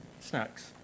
Snacks